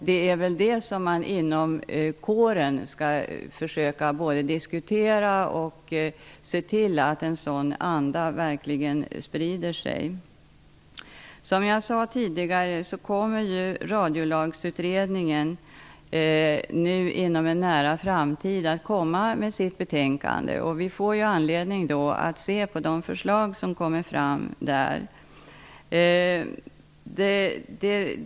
Det är detta som man skall försöka diskutera inom kåren, och man skall försöka se till att en sådan anda verkligen sprider sig. Som jag sade tidigare kommer Radiolagsutredningen med sitt betänkande inom en nära framtid. Vi får då anledning att se på de förslag som kommer fram där.